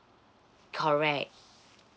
correct